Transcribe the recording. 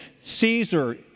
caesar